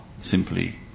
simply